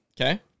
Okay